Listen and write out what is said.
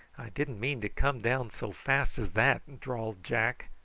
didn't mean to come down so fast as that, drawled jack,